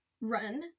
run